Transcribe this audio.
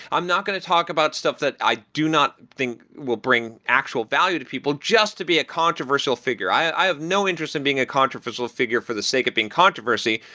i'm not going to talk about stuff that i do not think will bring actual value to people just to be a controversial figure. i have no interest in being a controversial figure for the sake of being controversy,